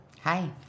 hi